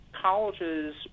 colleges